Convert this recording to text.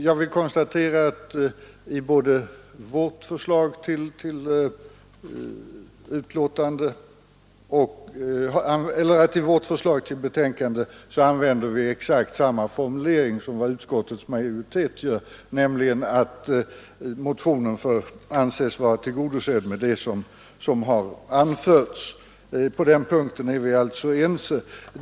Jag vill konstatera att i vårt förslag till utskottets yttrande använder vi exakt samma formulering som utskottsmajoriteten, nämligen att motionen med hänsyn till det anförda får anses vara tillgodosedd. På den punkten är vi alltså ense.